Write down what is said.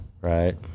Right